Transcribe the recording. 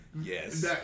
yes